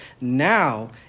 now